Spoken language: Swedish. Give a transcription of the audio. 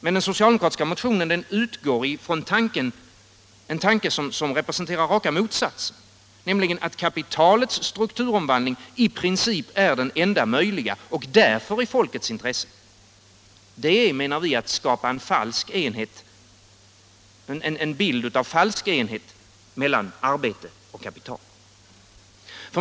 Men den socialdemokratiska partimotionen utgår från något som representerar raka motsatsen — nämligen att kapitalets strukturomvandling i princip är den enda möjliga och därför i folkets intresse. Det är, menar vi, att skapa en bild av falsk enighet mellan arbete och kapital.